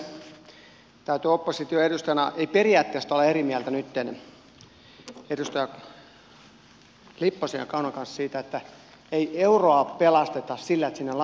ei periaatteesta olla eri mieltä nytten edustaja lipposen ja kauman kanssa siitä että ei euroa pelasteta sillä että sinne lapioidaan lisää rahaa